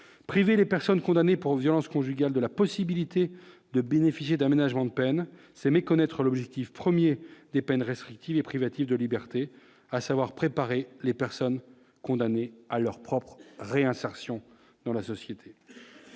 privé les personnes condamnées pour violences conjugales, de la possibilité de bénéficier d'un aménagement de peine, c'est méconnaître l'objectif 1er des peines restrictive et privative de liberté à savoir préparer les personnes condamnées à leur propre réinsertion dans la société,